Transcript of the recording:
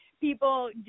people